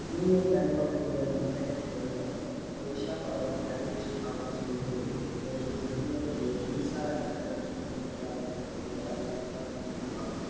union Bank of India net banking வழியாக Odisha power transmission corporation லிமிடெடுக்கு எனது சமீபத்திய மின்சார கட்டணம் செலுத்தப்பட்டதா என்பதை உங்களால் சரிபார்க்க முடியுமா